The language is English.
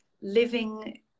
living